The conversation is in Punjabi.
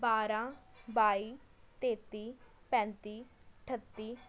ਬਾਰ੍ਹਾਂ ਬਾਈ ਤੇਤੀ ਪੈਂਤੀ ਅਠੱਤੀ